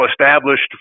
established